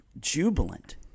jubilant